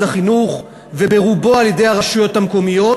החינוך וברובו על-ידי הרשויות המקומיות,